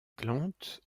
plantes